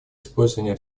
использования